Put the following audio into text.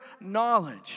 knowledge